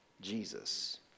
Jesus